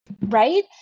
Right